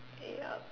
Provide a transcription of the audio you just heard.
yup